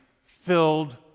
filled